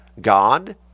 God